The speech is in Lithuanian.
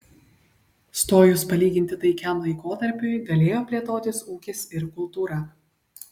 stojus palyginti taikiam laikotarpiui galėjo plėtotis ūkis ir kultūra